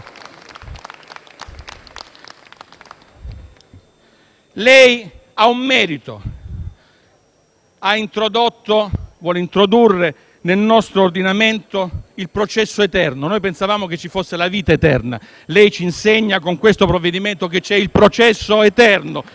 Lei ha un merito: vuole introdurre nel nostro ordinamento il processo eterno. Noi pensavamo che ci fosse la vita eterna: lei ci insegna, con questo provvedimento, che c'è il processo eterno. La ringraziamo.